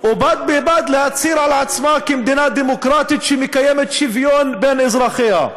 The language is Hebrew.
ובד בבד להצהיר על עצמה כמדינה דמוקרטית שמקיימת שוויון בין אזרחיה.